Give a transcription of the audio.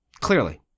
clearly